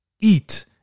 Eat